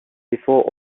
before